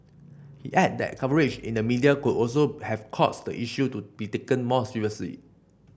he added that coverage in the media could also have caused the issue to be taken more seriously